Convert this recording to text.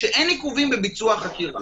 אין עיכובים בביצוע החקירה.